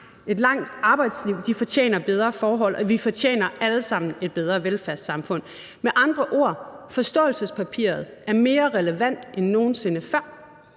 et langt arbejdsliv, fortjener bedre forhold, og vi fortjener alle sammen et bedre velfærdssamfund. Med andre ord: Forståelsespapiret er mere relevant end nogen sinde før,